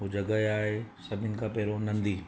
उहो जॻहि आहे सभिनि खां पहिरों नदी